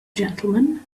gentlemen